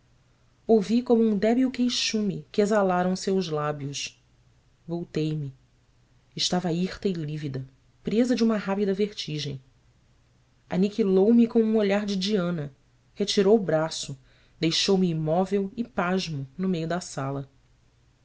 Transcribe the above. ouvi como um débil queixume que exalaram seus lábios volteime estava hirta e lívida presa de uma rápida vertigem aniquilou me com um olhar de diana retirou o braço deixou-me imóvel e pasmo no meio da sala